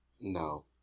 No